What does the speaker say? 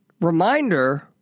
reminder